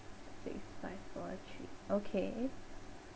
six five four three okay